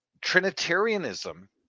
Trinitarianism